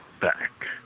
back